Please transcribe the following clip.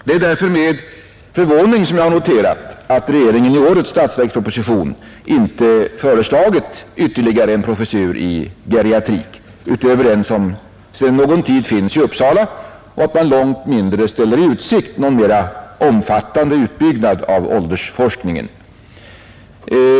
Det är därför med förvåning som jag har noterat att regeringen i årets statsverksproposition inte föreslagit ytterligare en professur i geriatrik utöver den som sedan någon tid finns i Uppsala och att man långt mindre ställer i utsikt någon mera omfattande utbyggnad av åldersforskningen.